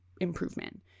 improvement